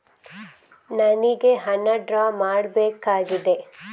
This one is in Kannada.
ನನಿಗೆ ಹಣ ಡ್ರಾ ಮಾಡ್ಬೇಕಾಗಿದೆ